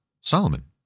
Solomon